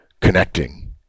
connecting